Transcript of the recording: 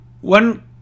One